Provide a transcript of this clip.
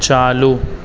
ચાલુ